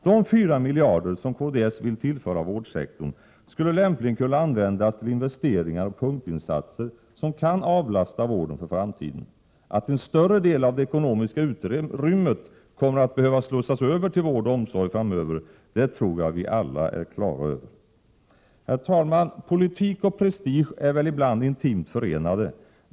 De fyra miljarder som kds vill tillföra vårdsektorn skulle lämpligen kunna användas till investeringar och punktinsatser som kan avlasta vården för framtiden. Att en större del av det ekonomiska utrymmet kommer att behöva slussas över till vård och omsorg framöver, det tror jag att vi alla är på det klara med. Herr talman! Politik och prestige är väl ibland intimt förenade.